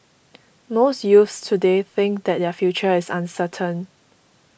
most youths today think that their future is uncertain